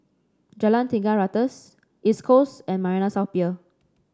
Jalan Tiga Ratus East Coast and Marina South Pier